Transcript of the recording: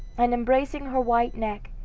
and, embracing her white neck,